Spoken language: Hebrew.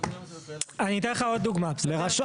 אני אתן לך עוד דוגמא, בסדר?